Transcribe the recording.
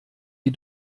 die